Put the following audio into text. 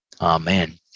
Amen